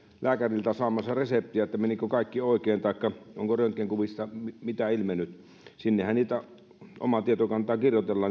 lääkäriltä saamaansa reseptiä menikö kaikki oikein taikka onko röntgenkuvista mitään ilmennyt sinne omaan tietokantaanhan